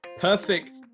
Perfect